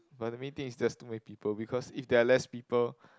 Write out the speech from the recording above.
but the main thing is there's too many people because if there are less people